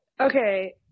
okay